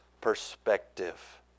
perspective